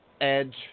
Edge